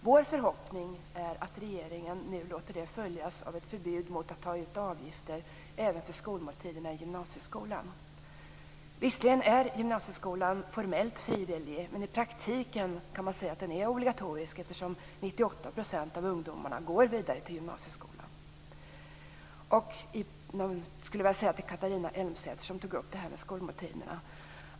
Vår förhoppning är att regeringen nu låter det följas av ett förbud att ta ut avgifter även för skolmåltiderna i gymnasieskolan. Visserligen är gymnasieskolan formellt sett frivillig, men i praktiken kan man säga att den är obligatorisk, eftersom 98 % av ungdomarna går vidare till gymnasieskolan. Catharina Elmsäter-Svärd tog upp frågan om skolmåltiderna.